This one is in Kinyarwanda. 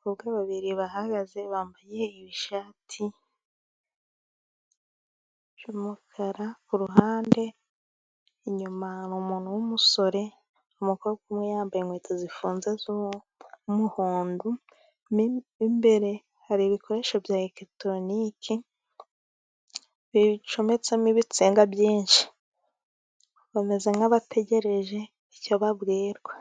Abakobwa babiri bahagaze bambaye ibishati by'umukara, kuruhande inyuma hari umuntu w'umusore, umukobwa umwe yambaye inkweto zifunze z'umuhondo, imbere hari ibikoresho bya erekitoroniki bicometsemo ibitsinga byinshi, bameze nk'abategereje icyo babwirwa